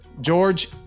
George